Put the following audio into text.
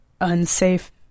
unsafe